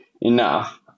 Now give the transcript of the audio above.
enough